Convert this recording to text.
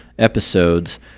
Episodes